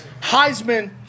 Heisman